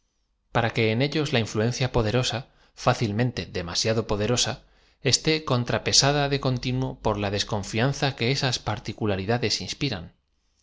para que en ellos la infiuencia poderosa fácil mente demasiado poderosa esté contrapesada de con tinuo por la desconfianza que esas particularidades inspiran